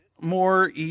more